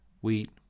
wheat